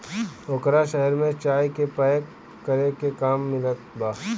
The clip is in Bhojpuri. ओकरा शहर में चाय के पैक करे के काम मिलत बा